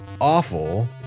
awful